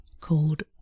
called